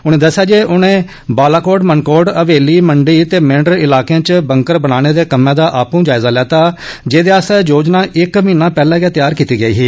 उनें दससेआ जे उने बालाकोट मनकोट हवेली मंडी ते मेंढर इलाके च बंकर बनाने दे कम्मै दा आपू जायजा लैता जेहदे आस्तै योजना इक म्हीना पैहले तैयार कीती गेई ही